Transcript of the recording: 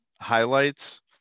highlights